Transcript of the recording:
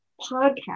podcast